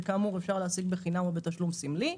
שכאמור אפשר להשיג בחינם או בתשלום סמלי,